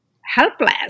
helpless